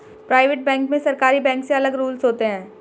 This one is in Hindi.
प्राइवेट बैंक में सरकारी बैंक से अलग रूल्स होते है